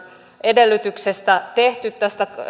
edellytyksestä tehty